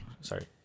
sorry